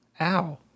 Ow